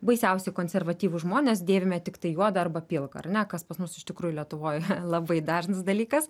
baisiausiai konservatyvūs žmonės dėvime tiktai juodą arba pilką ar ne kas pas mus iš tikrųjų lietuvoj labai dažnas dalykas